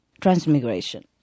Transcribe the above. transmigration